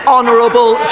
Honourable